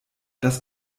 das